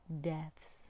deaths